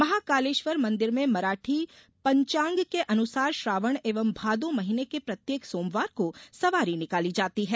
महाकालेश्वर मंदिर में मराठी पंचांग के अनुसार श्रावण एवं भादौ महीने के प्रत्येक सोमवार को सवारी निकाली जाती है